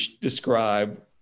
describe